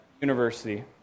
university